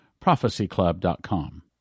prophecyclub.com